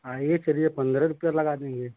आइए चलिए पंद्रह रुपया लगा देंगे